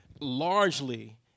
largely